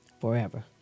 forever